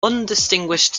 undistinguished